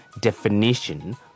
definition